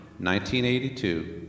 1982